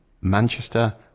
Manchester